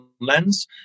lens